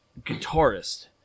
guitarist